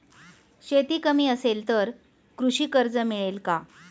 शेती कमी असेल तर कृषी कर्ज मिळेल का?